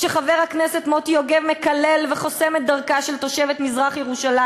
כשחבר הכנסת מוטי יוגב מקלל וחוסם את דרכה של תושבת מזרח-ירושלים,